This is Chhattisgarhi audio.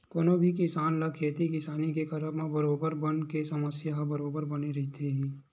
कोनो भी किसान ल खेती किसानी के करब म बरोबर बन के समस्या ह बरोबर बने रहिथे ही